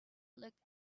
looked